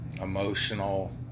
emotional